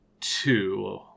two